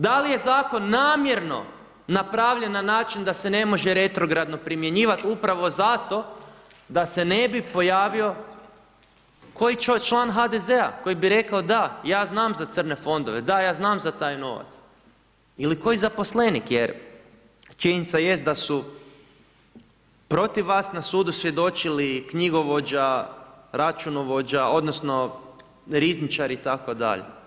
Da li je zakon, namjerno napravljen na način da se ne može retrogradno primjenjivati, upravo zato da se ne bi pojavio, koji član HDZ-a koji bi rekao, da, ja znam za crne fondove, da ja znam za taj novac, ili koji zaposlenik, jer činjenica jest da su protiv vas na sudu svjedočili knjigovođa, računovođa, odnosno, rizničari itd.